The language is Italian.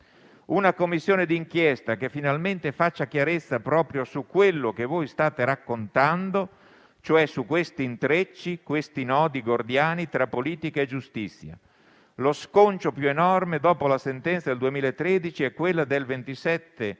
«Una Commissione d'inchiesta che finalmente faccia chiarezza proprio su quello che voi state raccontando, cioè su questi intrecci, questi nodi gordiani tra politica e giustizia»; «lo sconcio più enorme dopo la sentenza del 2013 è quella del 27.11.2013